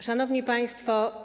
Szanowni Państwo!